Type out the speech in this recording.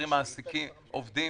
שמחזירים עובדים.